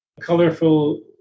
colorful